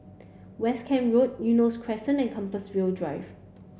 West Camp Road Eunos Crescent and Compassvale Drive